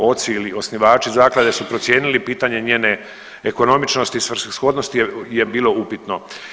Oci ili osnivači zaklade su procijenili pitanje njene ekonomičnosti i svrsishodnosti je bilo upitno.